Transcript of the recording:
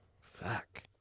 Fuck